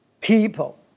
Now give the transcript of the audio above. people